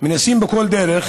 מנסים בכל דרך